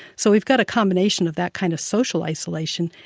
so we've got a combination of that kind of social isolation.